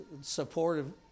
supportive